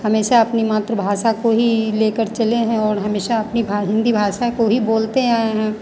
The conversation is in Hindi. हमेशा अपनी मातृभाषा को ही लेकर चले हैं और हमेशा अपनी भा हिन्दी भाषा को ही बोलते आए हैं